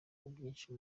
byinshi